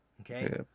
Okay